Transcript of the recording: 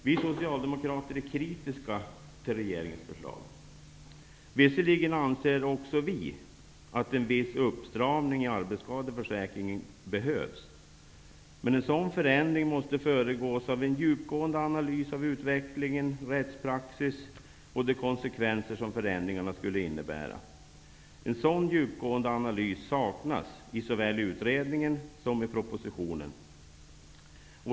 Vi socialdemokrater är kritiska till regeringens förslag. Visserligen anser också vi att en viss uppstramning i arbetsskadeförsäkringen behövs, men en sådan förändring måste föregås av en djupgående analys av utvecklingen, av rättspraxis och av de konsekvenser som förändringarna skulle innebära. En sådan djupgående analys saknas i såväl utredningen som propositionen.